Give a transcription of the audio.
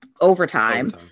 Overtime